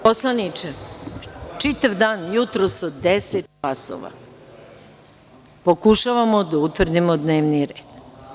Poslaniče, čitav dan, jutros od 10.00 časova, pokušavamo da utvrdimo dnevni red.